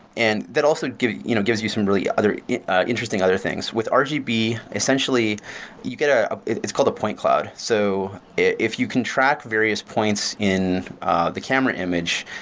and that also gives you know gives you some really other interesting other things with rgb, essentially you get a it's called a point cloud. so if you can track various points in the camera image,